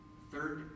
Third